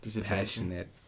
passionate